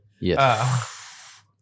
Yes